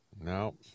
No